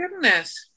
goodness